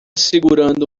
segurando